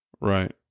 Right